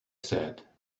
said